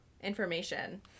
information